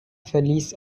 verließ